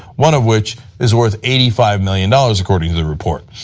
one of which is worth eighty five million dollars according to the report.